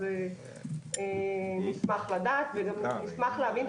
אז נשמח לדעת וגם נשמח להבין,